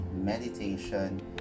meditation